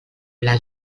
pla